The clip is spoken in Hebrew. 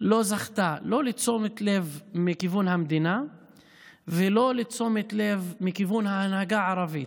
לא זכתה לתשומת לב לא מכיוון המדינה ולא מכיוון ההנהגה הערבית.